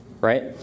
right